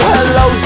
Hello